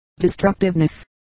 destructiveness